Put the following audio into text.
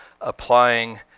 applying